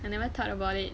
I never thought about it